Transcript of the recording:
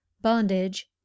bondage